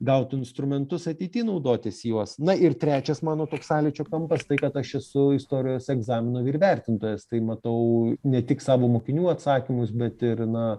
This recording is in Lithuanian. gautų instrumentus ateity naudotis juos na ir trečias mano toks sąlyčio kampas tai kad aš esu istorijos egzamino vyrvertintojas tai matau ne tik savo mokinių atsakymus bet ir na